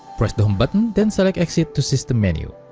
press the home button then select exit to system menu